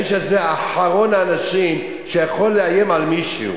האיש הזה הוא אחרון האנשים שיכול לאיים על מישהו.